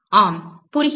ஆம் புரிகிறது